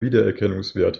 wiedererkennungswert